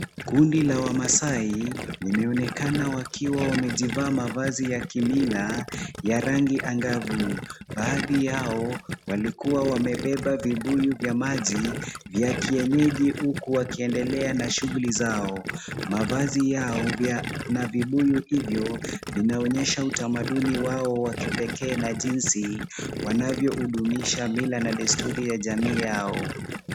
Kundi la wamasai limeonekana wakiwa wamejivaa mavazi ya kimila ya rangi angavu. Baadhi yao walikuwa wamebeba vibuyu vya maji vya kienyeji huku wakiendelea na shughuli zao. Mavazi yao na vibuyu hivyo vinaonyesha utamaduni wao wa kipekee na jinsi wanavyoudunisha mila na desturi ya jamii yao.